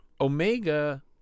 Omega